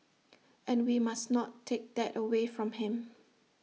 and we must not take that away from him